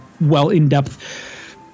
well-in-depth